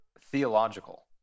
theological